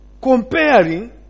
Comparing